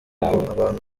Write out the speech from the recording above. abantu